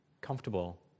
comfortable